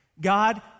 God